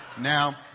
Now